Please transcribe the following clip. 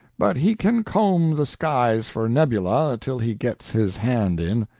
but he can comb the skies for nebula till he gets his hand in.